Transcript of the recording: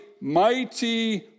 mighty